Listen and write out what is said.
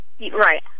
Right